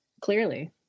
Clearly